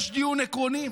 יש דיון עקרוני.